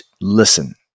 listen